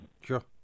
sure